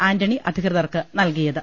ആന്റണി അധികൃതർക്ക് നൽകിയത്